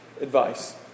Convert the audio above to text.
advice